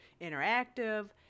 interactive